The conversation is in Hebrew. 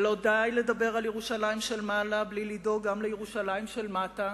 ולא די לדבר על ירושלים של מעלה בלי לדאוג גם לירושלים של מטה,